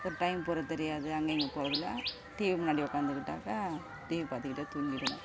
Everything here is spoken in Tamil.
இப்போ டைம் போகறது தெரியாது அங்கே இங்கே போக டிவி முன்னாடி உக்காந்துக்கிட்டாக்கா டிவி பார்த்துக்கிட்டே தூங்கிவிடுவன்